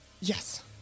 Yes